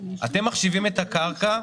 אתם מחשיבים את הקרקע בנוסף?